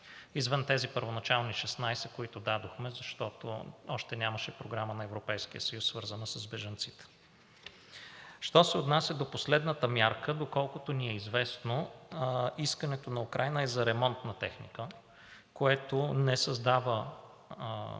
извън тези първоначални 16 милиона, които дадохме, защото още нямаше програма на Европейския съюз, свързана с бежанците. Що се отнася до последната мярка, доколкото ни е известно, искането на Украйна е за ремонт на техника, което не създава